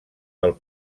del